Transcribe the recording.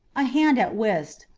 a hand at whist,